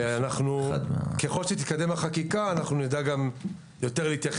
וככל שתתקדם החקיקה אנחנו נדע להתייחס